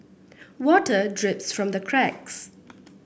water drips from the cracks